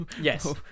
Yes